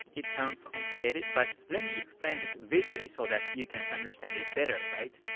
it sounds complicated but let me explain this visually so that you can understand it better, alright?